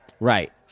Right